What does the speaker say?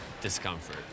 discomfort